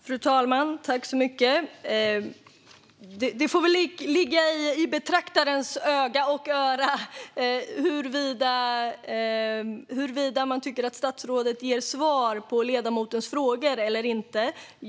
Fru talman! Det får väl ligga i betraktarens öga - och öra - huruvida man tycker att statsrådet ger svar på ledamotens frågor eller inte.